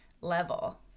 level